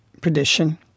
Perdition